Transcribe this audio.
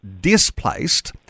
displaced